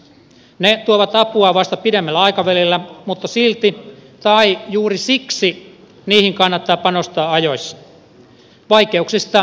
ne tuovat apua vasta pidemmällä aikavälillä mutta silti tai juuri siksi niihin kannattaa panostaa ajoissa vaikeuksista huolimatta